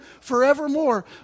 forevermore